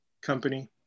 company